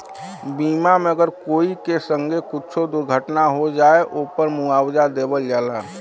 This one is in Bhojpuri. बीमा मे अगर कोई के संगे कुच्छो दुर्घटना हो जाए, ओपर मुआवजा देवल जाला